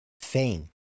fame